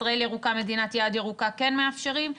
כשישראל ירוקה מדינת יעד ירוקה כן מאפשרים,